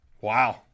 wow